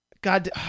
God